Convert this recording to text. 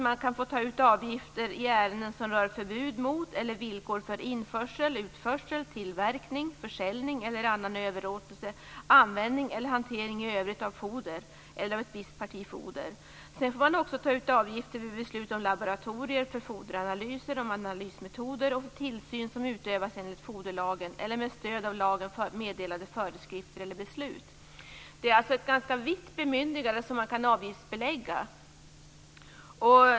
Man kan få ta ut avgifter i ärenden som rör förbud mot eller villkor för införsel, utförsel, tillverkning, försäljning eller annan överlåtelse, användning eller hantering i övrigt av foder eller ett visst parti foder. Sedan får man också ta ut avgifter vid beslut om laboratorier för foderanalyser, om analysmetoder och för tillsyn som utövas enligt foderlagen eller för med stöd av lagen meddelade föreskrifter eller beslut. Det är alltså ett ganska vitt bemyndigande.